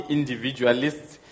individualists